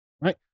Right